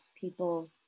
people